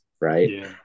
right